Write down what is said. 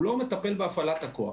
הוא לא מטפל בהפעלת הכוח.